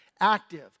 active